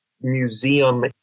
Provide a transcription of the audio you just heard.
museum